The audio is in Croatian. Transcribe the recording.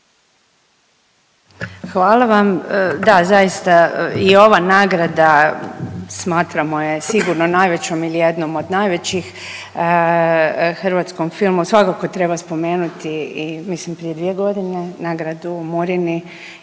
Hvala vam. Da zaista i ova nagrada smatramo je sigurno najvećom ili jednom od najvećih hrvatskom filmu. Svakako treba spomenuti i mislim prije dvije godine nagradu Murini